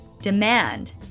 demand